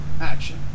action